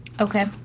Okay